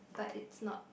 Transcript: but it's not